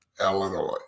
Illinois